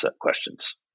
questions